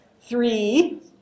three